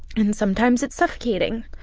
and sometimes it's suffocating.